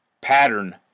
pattern